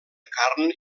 carn